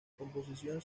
composición